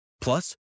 Plus